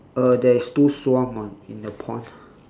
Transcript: uh there is two swan ah in the pond